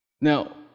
Now